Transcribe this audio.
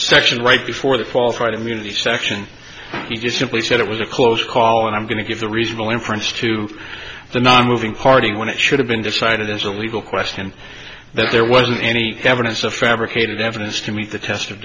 section right before the fall fight immunity section he just simply said it was a close call and i'm going to give the reasonable inference to the nonmoving harding when it should have been decided as a legal question that there wasn't any evidence of fabricated evidence to meet the test of